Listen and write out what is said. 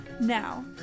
Now